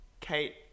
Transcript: Kate